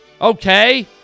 Okay